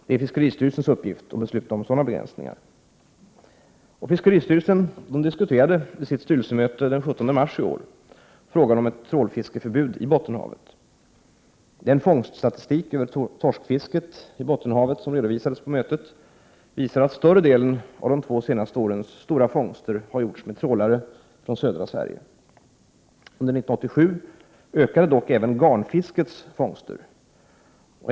Det är fiskeristyrelsens uppgift att besluta om sådana begränsningar. Fiskeristyrelsen diskuterade vid sitt styrelsemöte den 17 mars i år frågan om trålfiskeförbud i Bottenhavet. Den fångststatistik över torskfisket i Bottenhavet som redovisades på mötet visar att större delen av de två senaste årens stora fångster har gjorts med trålare från södra Sverige. Under 1987 ökade dock även garnfiskets fångster.